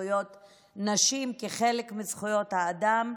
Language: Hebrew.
בזכויות נשים כחלק מזכויות האדם.